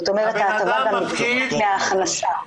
זאת אומרת ההטבה נגזרת מההכנסה.